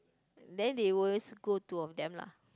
then they will always go two of them lah